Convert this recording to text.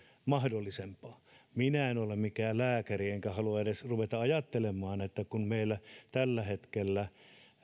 mahdollisempaa minä en ole mikään lääkäri enkä halua edes ruveta ajattelemaan että kun meillä tällä hetkellä